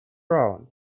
round